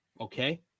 Okay